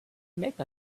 make